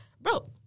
Bro